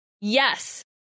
Yes